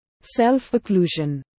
self-occlusion